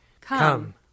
Come